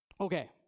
Okay